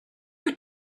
wyt